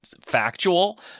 factual